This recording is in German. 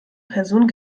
personen